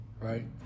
Right